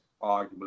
arguably